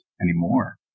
anymore